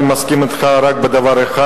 אני מסכים אתך רק בדבר אחד,